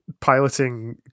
piloting